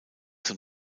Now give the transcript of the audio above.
zum